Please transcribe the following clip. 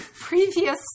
previous